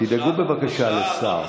תדאגו בבקשה לשר.